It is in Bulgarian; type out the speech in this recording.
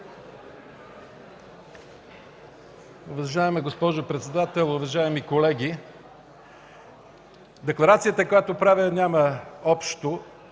Уважаема госпожо председател, уважаеми колеги! Декларацията, която правя, няма общо